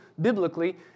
biblically